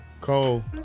Cole